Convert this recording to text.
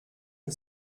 que